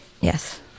Yes